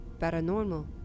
paranormal